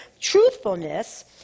truthfulness